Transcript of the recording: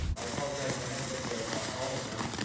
i apologize that i haven't been to all of them.